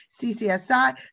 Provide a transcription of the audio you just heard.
ccsi